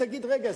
תגיד: רגע,